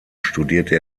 studierte